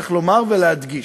צריך לומר ולהדגיש: